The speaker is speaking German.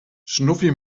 schnuffi